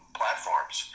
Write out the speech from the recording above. platforms